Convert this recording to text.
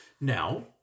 Now